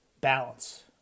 balance